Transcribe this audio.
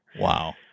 Wow